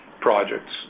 projects